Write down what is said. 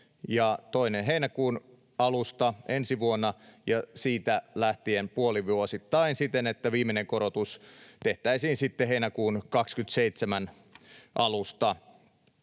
ja toinen heinäkuun alusta ensi vuonna, ja siitä lähtien puolivuosittain siten, että viimeinen korotus tehtäisiin sitten heinäkuun 27 alusta.